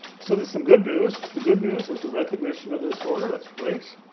so there's some good news. the good news is the recognition of disorder, that's great.